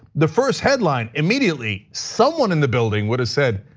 the first headline, immediately, someone in the building would have said,